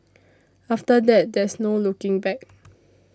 after that there's no looking back